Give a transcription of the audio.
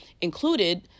included